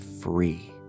free